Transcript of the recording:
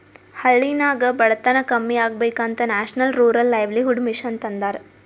ಹಳ್ಳಿನಾಗ್ ಬಡತನ ಕಮ್ಮಿ ಆಗ್ಬೇಕ ಅಂತ ನ್ಯಾಷನಲ್ ರೂರಲ್ ಲೈವ್ಲಿಹುಡ್ ಮಿಷನ್ ತಂದಾರ